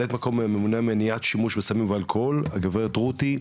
מ"מ ממונה על שימוש סמים ואלכוהול הגב' רותי תוינה,